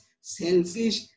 selfish